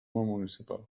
municipal